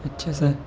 اچھا سر